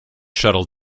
shuttle